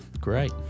Great